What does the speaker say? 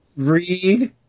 Read